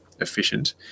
efficient